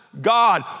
God